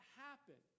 happen